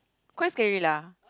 quite scary lah